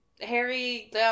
Harry